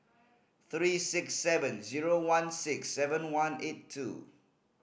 three six seven zero one six seven one eight two